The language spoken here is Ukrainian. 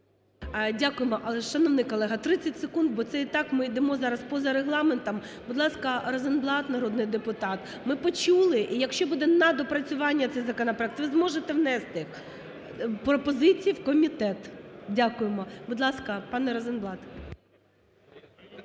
Дякуємо. Шановний колега, 30 секунд, бо це і так ми йдемо зараз поза регламентом. Будь ласка, Розенблат, народний депутат, ми почули і якщо буде на доопрацювання цей законопроект ви зможете внести пропозиції в комітет. Дякуємо, будь ласка, пан Розенбалт.